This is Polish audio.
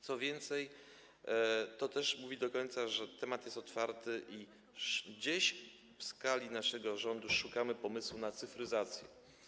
Co więcej, to też mówi do końca, że temat jest otwarty i gdzieś w skali naszego rządu szukamy pomysłu na cyfryzację.